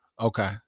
Okay